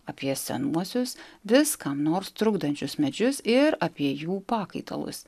apie senuosius vis kam nors trukdančius medžius ir apie jų pakaitalus